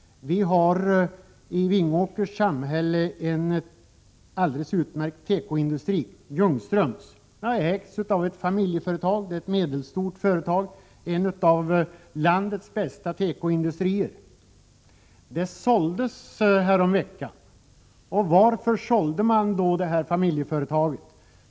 Vi har i Vingåkers samhälle en alldeles utmärkt tekoindustri, Ljungströms, som är ett medelstort familjeföretag och en av landets bästa tekoindustrier. Detta företag såldes häromveckan. Varför sålde ägarna detta familjeföretag?